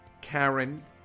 Karen